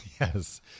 Yes